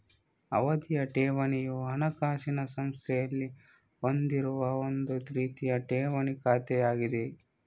ಅವಧಿಯ ಠೇವಣಿಯು ಹಣಕಾಸಿನ ಸಂಸ್ಥೆಯಲ್ಲಿ ಹೊಂದಿರುವ ಒಂದು ರೀತಿಯ ಠೇವಣಿ ಖಾತೆಯಾಗಿದೆ